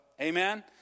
amen